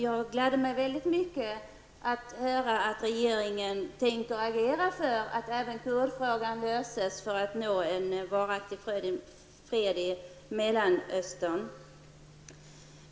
Jag gladde mig mycket över att få höra att regeringen tänker agera för att även kurdfrågan skall kunna lösas -- för att det skall kunna bli en varaktig fred i Mellanöstern.